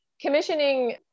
commissioning